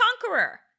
conqueror